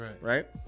Right